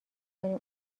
کنیم